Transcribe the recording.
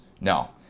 No